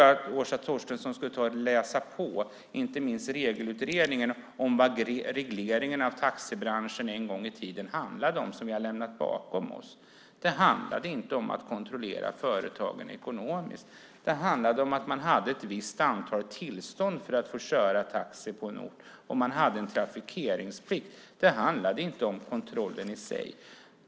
Jag tycker att Åsa Torstensson ska läsa på inte minst Regelutredningen när det gäller vad regleringen av taxibranschen en gång i tiden handlade om och som vi har lämnat bakom oss. Det handlade inte om att kontrollera företagen ekonomiskt. Det handlade om att man hade ett visst antal tillstånd för att få köra taxi på en ort. Och man hade en trafikeringsplikt. Det handlade inte om kontrollen i sig.